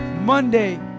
Monday